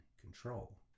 control